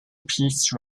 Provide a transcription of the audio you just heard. peace